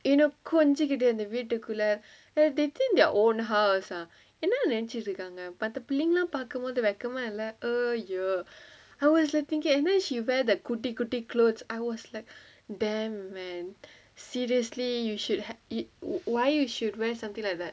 you know கொஞ்சிகிட்டு அந்த வீட்டுகுள்ள:konjikittu antha veetukulla they think their own house ah என்னா நினைச்சுக்கிட்டு இருக்காங்க மத்த பிள்ளைங்கல்லா பாக்கும்போது வெக்கமா இல்ல:ennaa ninaichittu irukkaanga matha pillaingalla paakkumpothu vekkamaa illa eh !aiyo! I was like thinking then she wear that குட்டி குட்டி:kutty kutty clothes I was like damn man seriously you should have it why you should wear something like that